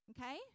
Okay